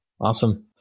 Awesome